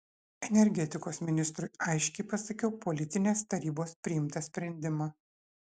energetikos ministrui aiškiai pasakiau politinės tarybos priimtą sprendimą